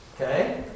Okay